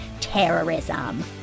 terrorism